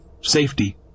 Safety